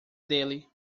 dele